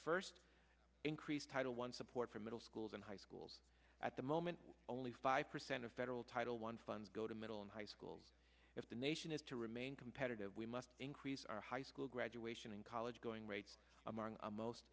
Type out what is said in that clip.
first increase title one support for middle schools and high schools at the moment only five percent of federal title one funds go to middle and high schools if the nation is to remain competitive we must increase our high school graduation and college going rates among our most